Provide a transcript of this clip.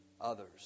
others